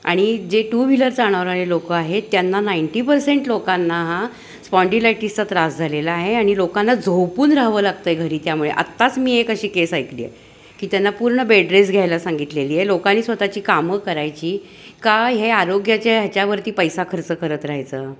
आणि जे two wheeler चालवणारे लोक आहेत त्यांना नाईंटी पर्सेंट लोकांना हा स्पॉंडिलायटीसचा त्रास झालेला आहे आणि लोकांना झोपून राहावं लागत आहे घरी त्यामुळे आत्ताच मी एक अशी केस ऐकली आहे की त्यांना पूर्ण बेडरेस घ्यायला सांगितलेली आहे लोकांनी स्वतःची कामं करायची का हे आरोग्याच्या ह्याच्यावरती पैसा खर्च करत राहायचं